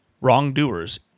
Wrongdoers